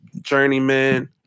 journeyman